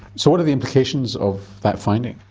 so what are the implications of that finding?